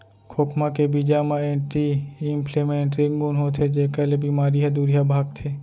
खोखमा के बीजा म एंटी इंफ्लेमेटरी गुन होथे जेकर ले बेमारी ह दुरिहा भागथे